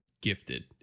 gifted